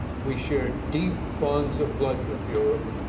we share deep bonds of blood with europe,